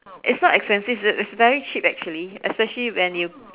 it's not expensive it's very cheap actually especially when you